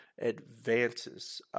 advances